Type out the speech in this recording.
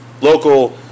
Local